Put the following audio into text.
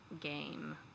game